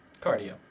Cardio